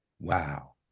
Wow